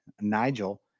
Nigel